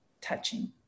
touching